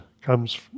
comes